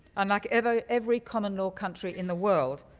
unlike every every common law country in the world,